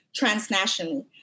transnationally